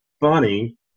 funny